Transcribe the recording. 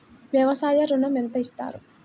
వ్యవసాయ ఋణం ఎంత ఇస్తారు?